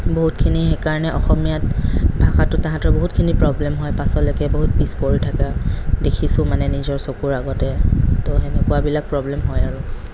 বহুতখিনি সেইকাৰণে অসমীয়াত ভাষাটোত তাহাতৰ বহুতখিনি প্ৰব্লেম হয় পাছলৈকে বহুত পিছ পৰি থাকে দেখিছোঁ মানে নিজৰ চকুৰ আগতে তৌ এনেকুৱাবিলাক প্ৰব্লেম হয় আৰু